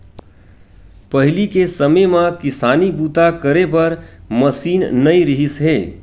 पहिली के समे म किसानी बूता करे बर मसीन नइ रिहिस हे